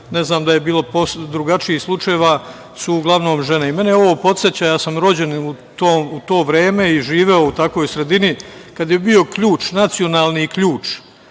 ne znam da je bilo drugačijih slučajeva, su uglavnom žene. Mene ovo podseća, ja sam rođen u to vreme i živeo u takvoj sredini, kada je bio ključ, nacionalni ključ,